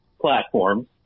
platforms